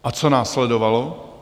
A co následovalo?